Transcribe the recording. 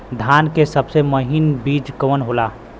धान के सबसे महीन बिज कवन होला?